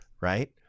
right